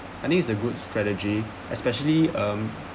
I think it's a good strategy especially um